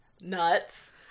nuts